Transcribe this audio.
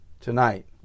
tonight